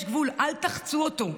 יש גבול, אל תחצו אותו.